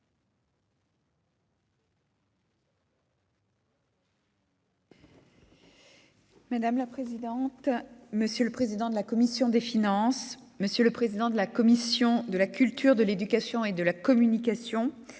Madame la présidente, monsieur le président de la commission des finances, monsieur le président de la commission de la culture, de l'éducation et de la communication,